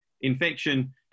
infection